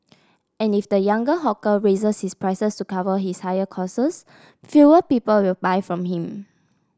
and if the younger hawker raises his prices to cover his higher costs fewer people will buy from him